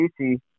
easy